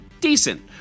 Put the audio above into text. decent